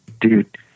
dude